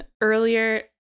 Earlier